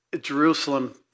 Jerusalem